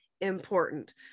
important